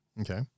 Okay